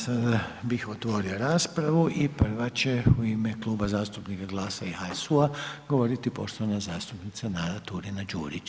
Sada bih otvorio raspravu i prva će u ime Kluba zastupnika GLAS-a i HSU-a govoriti poštovana zastupnica Nada Turina Đurić.